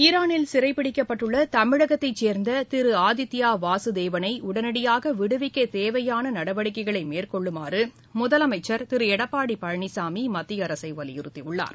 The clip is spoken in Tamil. ஈரானில் சிறைபிடிக்கப்பட்டுள்ளதமிழகத்தைச் சேர்ந்ததிருஆதித்பாவாசுதேவனைஉனடியாகவிடுவிக்கதேவையானநடவடிக்கைகளைமேற்கொள்ளுமாறுமுதலமை ச்சர் திருஎடப்பாடிபழனிசாமிமத்தியஅரசைவலியுறத்தியுள்ளார்